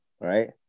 right